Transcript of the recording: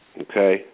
Okay